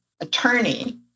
attorney